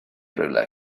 rhywle